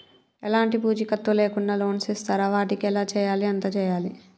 ఎలాంటి పూచీకత్తు లేకుండా లోన్స్ ఇస్తారా వాటికి ఎలా చేయాలి ఎంత చేయాలి?